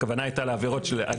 הכוונה הייתה לעבירות של,